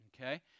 okay